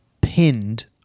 pinned